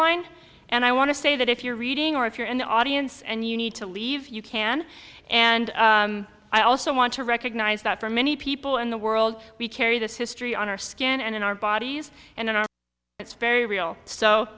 line and i want to say that if you're reading or if you're in the audience and you need to leave you can and i also want to recognize that for many people in the world we carry this history on our skin and in our bodies and in our it's very real so